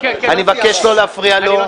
אני מבקש לא להפריע לו.